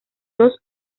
dos